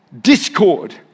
Discord